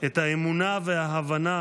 את האמונה וההבנה